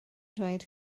dweud